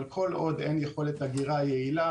אבל כל עוד אין יכולת אגירה יעילה,